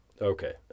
okay